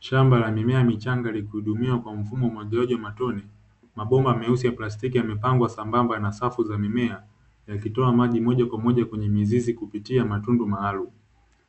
Shamba la mimea michanga likuhudumiwa kwa mfumo wa umwagiliaji wa matone, mabomba meusi ya plastiki yamepangwa sambamba na safu za mimea yakitoa maji moja kwa moja kwenye mizizi kupitia matundu maalumu,